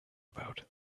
about